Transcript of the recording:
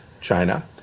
China –